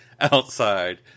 outside